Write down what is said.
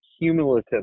cumulative